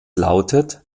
lautet